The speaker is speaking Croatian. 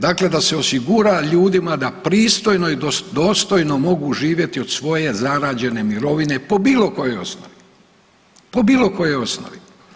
Dakle, da se osigura ljudima da pristojno i dostojno mogu živjeti od svoje zarađene mirovine po bilo kojoj osnovi, po bilo kojoj osnovi.